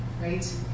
right